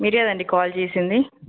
మీరు ఎవరండీ కాల్ చేసింది